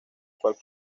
cual